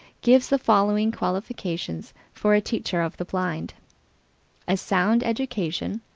gives the following qualifications for a teacher of the blind a sound education,